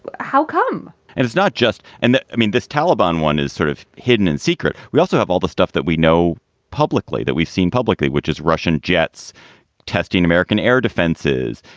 how come it is not just and i mean, this taliban one is sort of hidden in secret. we also have all the stuff that we know publicly that we've seen publicly, which is russian jets testing american air defenses,